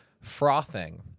frothing